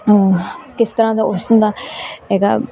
ਕਿਸ ਤਰ੍ਹਾਂ ਦਾ ਉਸ ਦਾ ਹੈਗਾ